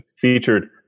featured